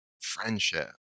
friendship